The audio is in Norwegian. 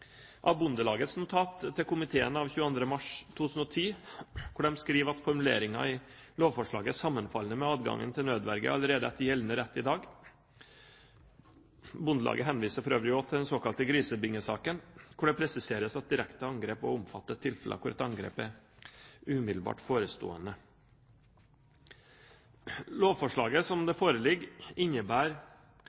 av Bondelagets notat til komiteen av 22. mars 2010, hvor de skriver at formuleringen i lovforslaget er sammenfallende med adgangen til nødverge allerede etter gjeldende rett i dag. Bondelaget henviser for øvrig også til den såkalte grisebingesaken, hvor det presiseres at «direkte angrep» også omfatter tilfeller hvor et angrep er «umiddelbart forestående». Lovforslaget, slik det foreligger, innebærer